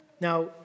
Now